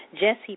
Jesse